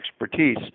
expertise